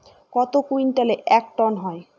কত কুইন্টালে এক টন হয়?